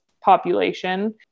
population